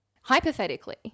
Hypothetically